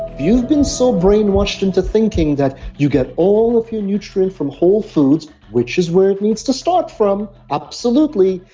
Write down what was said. you've been so brainwashed into thinking that you get all of your nutrients from whole foods, which is where it needs to start from, absolutely,